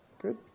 Good